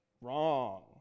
Wrong